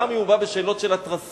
גם אם הוא בא בשאלות של התרסה,